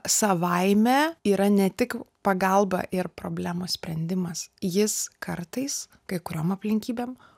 savaime yra ne tik pagalba ir problemos sprendimas jis kartais kai kuriom aplinkybėm